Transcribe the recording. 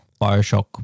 Bioshock